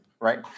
right